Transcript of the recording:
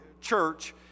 church